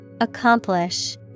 Accomplish